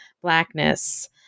Blackness